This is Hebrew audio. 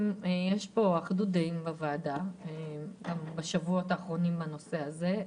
יש תמימות דעים בוועדה בשבועות האחרונים בנושא הזה.